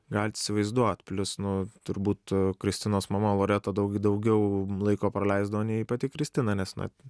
galit įsivaizduot plius nu turbūt kristinos mama loreta daug daugiau laiko praleisdavo nei pati kristina nes na